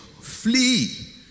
Flee